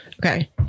Okay